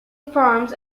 farms